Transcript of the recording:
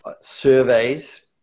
surveys